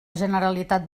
generalitat